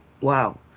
wow